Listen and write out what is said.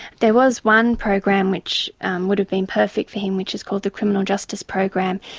there was one program which would have been perfect for him, which is called the criminal justice program,